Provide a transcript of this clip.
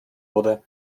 wurde